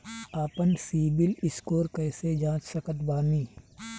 आपन CIBIL score कैसे जांच सकत बानी?